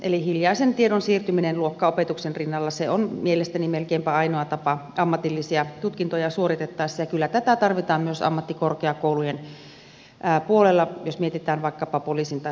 eli hiljaisen tiedon siirtyminen luokkaopetuksen rinnalla on mielestäni melkeinpä ainoa tapa ammatillisia tutkintoja suoritettaessa ja kyllä tätä tarvitaan myös ammattikorkeakoulujen puolella jos mietitään vaikkapa poliisin tai sairaanhoitajan ammattia